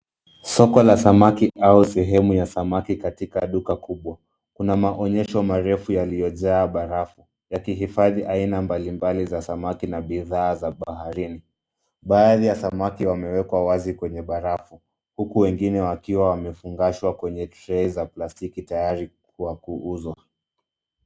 Soko la samaki au sehemu ya samaki katika duka kubwa. Kuna maonyesho marefu yaliyojaa barafu, yakihifadhi aina mbali mbali za samaki na bidhaa za baharini. Baadhi ya samaki wamewekwa wazi kwenye barafu, huku wengine wakiwa wamefungashwa kwenye trei za plastiki tayari kwa kuuzwa.